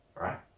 Right